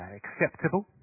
acceptable